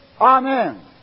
Amen